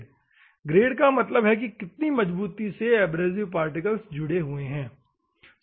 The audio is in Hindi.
ग्रेड का मतलब होता है कितनी मजबूती से एब्रेसिव पार्टिकल्स जुड़े हुए है